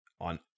on